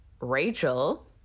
Rachel